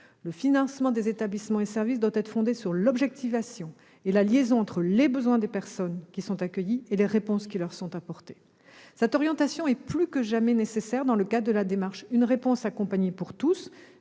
Le financement des établissements et services doit être fondé sur l'objectivation et la liaison entre les besoins des personnes qui sont accueillies et les réponses qui leur sont apportées. Cette orientation est plus que jamais nécessaire dans le cadre de la démarche « Une réponse accompagnée pour tous »,